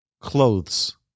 clothes